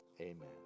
Amen